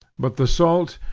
but the salt,